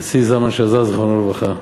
הנשיא זלמן שזר, זיכרונו לברכה.